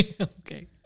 okay